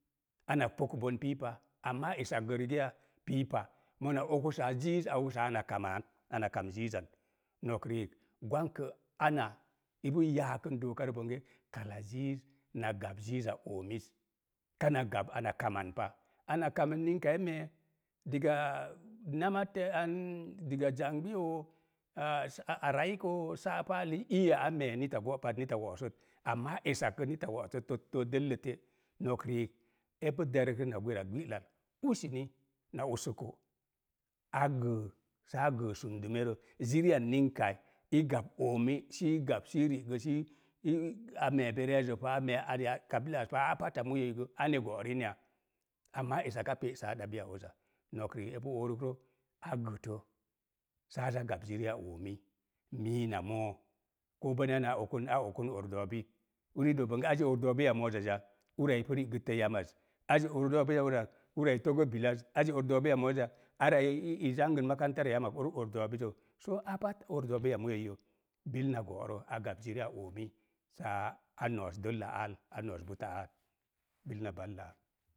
Ana pokubon pii pa. Amma esak gə rige ya? Pii pa. Mona okusaa ziiz a okusaa ana kamaan, ana kam ziizan. No̱k riik gwankə ana ipu yaakən dookarə bonge kala ziiz na gap ziiza oomiz, kana gap ana kaman pa. Ana kaman ninke e me̱e̱ diga nama te', ann diga zangbi yoo, ah arai koo saabali, iyo a me̱e̱ neta go̱ pat neta wo̱'sət. Amma esakge nita wo̱'sət tottoo dəllə te'. Nok riik epu derkrə na gwera ghi'lal, usini na usoko, á gər, saa gər sundumerə, ziriya ninka i gap oomi si gap si ri'gə si i a me̱e̱ verezo pa, a me̱e̱ areya kabilaz pa, a pat a moyoi gə ane go’ rinya? Amma esak a pe'saa ɗabiya oza, no̱k riik epu oorukrə, a gətə saa za gap ziriya oomi, mii na moo, ko bonneya ana okun a okun or do̱o̱bi, uri i doo bonge aze or do̱o̱biya mo̱o̱zazaz ya? Ura ipu ri'gəttə yammaz, aze or do̱o̱biz ya? Ura ura i togo bilaz, aze or do̱o̱biya mo̱o̱z ya? Ara i-i zangən makarantarə yammak ur ar do̱o̱bizə. Soo aa at or do̱o̱biya muyoi yo, bilna go̱'rə a gap ziriya oomii saa aa a noos dəllə aal, a noos bute aat. Bilna vallaa.